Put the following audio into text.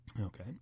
Okay